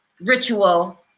ritual